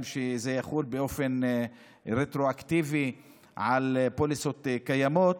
גם שזה יחול באופן רטרואקטיבי על פוליסות קיימות,